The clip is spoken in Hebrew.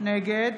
נגד